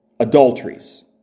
Adulteries